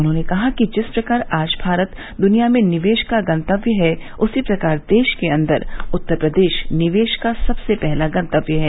उन्होंने कहा कि जिस प्रकार आज भारत दुनिया में निवेश का गंतव्य है उसी प्रकार देश के अन्दर उत्तर प्रदेश निवेश का सबसे पहला गंतव्य है